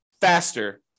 faster